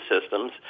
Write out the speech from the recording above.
systems